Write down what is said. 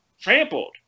trampled